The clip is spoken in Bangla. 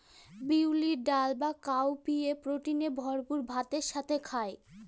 বিউলির ডাল বা কাউপিএ প্রোটিনে ভরপুর ভাতের সাথে খায়